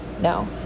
No